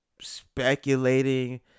speculating